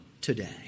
today